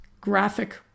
graphic